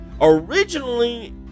Originally